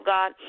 God